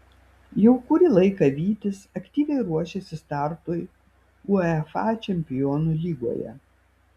jau kurį laiką vytis aktyviai ruošiasi startui uefa čempionų lygoje